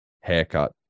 haircut